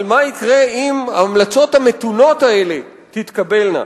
מה יקרה אם ההמלצות המתונות האלה תתקבלנה.